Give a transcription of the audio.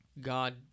God